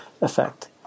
effect